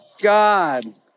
God